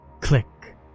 click